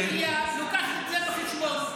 העירייה לוקחת את זה בחשבון.